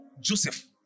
Joseph